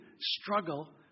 struggle